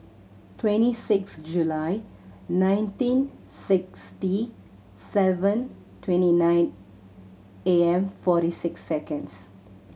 twenty six July nineteen sixty seven twenty nine A M forty six seconds